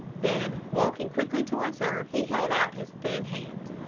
then, walking quickly towards her, he held out his thin hand.